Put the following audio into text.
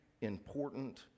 important